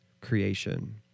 creation